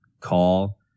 call